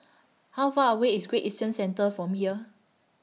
How Far away IS Great Eastern Centre from here